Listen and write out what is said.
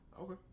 Okay